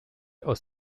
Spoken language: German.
aus